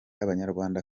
abanyarwanda